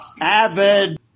avid